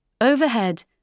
Overhead